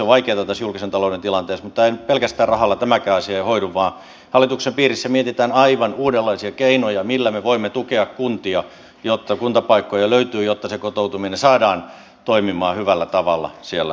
se on vaikeata tässä julkisen talouden tilanteessa mutta pelkästään rahalla ei tämäkään asia hoidu vaan hallituksen piirissä mietitään aivan uudenlaisia keinoja millä me voimme tukea kuntia jotta kuntapaikkoja löytyy jotta se kotoutuminen saadaan toimimaan hyvällä tavalla siellä kunnissa